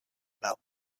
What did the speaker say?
about